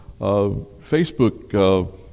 Facebook